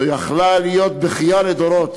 זו יכלה להיות בכייה לדורות.